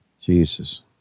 Jesus